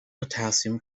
potassium